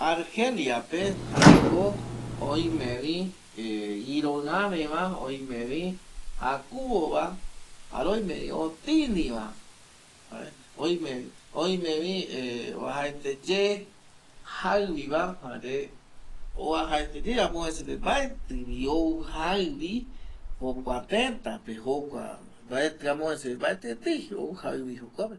Argelia pe jaeko oime vi ˂hesitation˃ iroi ave va oime vi jakuvo va jare oime vi otini va, jare oime vi uajaete ye jaivi va jare uajaete ye amovese pe mbaeti vi ou jaevi jokua teta pe mbaetietei jaevi jokope